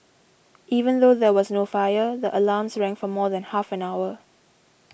even though there was no fire the alarms rang for more than half an hour